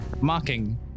mocking